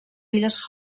illes